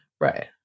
Right